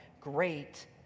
great